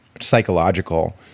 psychological—